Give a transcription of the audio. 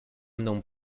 mną